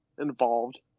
involved